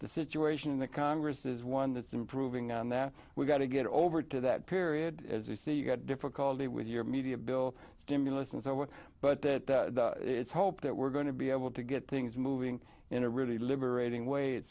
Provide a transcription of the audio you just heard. the situation in the congress is one that is improving and that we've got to get over to that period as we see you got difficulty with your media bill stimulus and i work but that it's hope that we're going to be able to get things moving in a really liberating way it